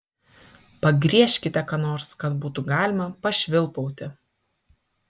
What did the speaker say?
pagriežkite ką nors kad būtų galima pašvilpauti